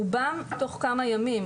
רובם תוך כמה ימים.